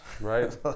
Right